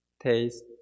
taste